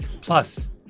Plus